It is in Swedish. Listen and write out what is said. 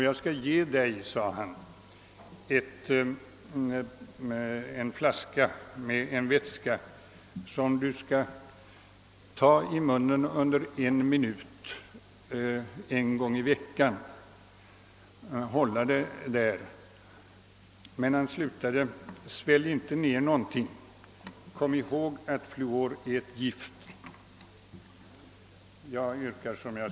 Jag skall ge dig en flaska med en vätska som du skall ta i munnen under en minut en gång i veckan, men svälj inte ner någonting. Kom ihåg, att fluor är ett gift.» Herr talman!